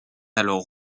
alors